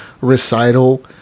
recital